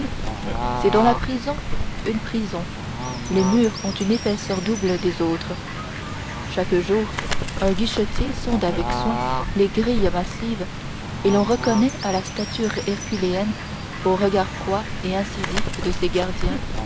c'est dans la prison une prison les murs ont une épaisseur double des autres chaque jour un guichetier sonde avec soin les grilles massives et l'on reconnaît à la stature herculéenne aux regards froids et incisifs de ces gardiens